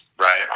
right